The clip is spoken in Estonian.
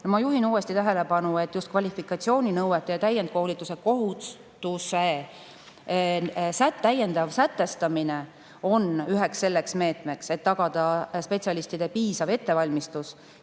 Ma juhin uuesti tähelepanu, et just kvalifikatsiooninõuete ja täiendkoolituse kohustuse täiendav sätestamine on üheks selleks meetmeks, et tagada spetsialistide piisav ettevalmistus